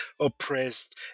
oppressed